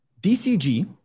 DCG